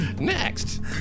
Next